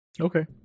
Okay